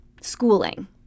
Schooling